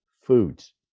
foods